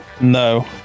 No